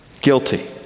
Guilty